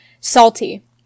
Salty